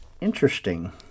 Interesting